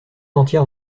entière